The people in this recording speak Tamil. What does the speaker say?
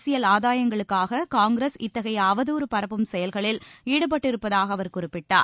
அரசியல் ஆதாயங்களுக்காக காங்கிரஸ் இத்தகைய அவதூறு பரப்பும் செயல்களில் ஈடுபட்டிருப்பதாக அவர் குறிப்பிட்டார்